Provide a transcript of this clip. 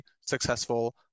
successful